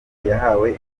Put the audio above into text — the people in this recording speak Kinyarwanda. yahawe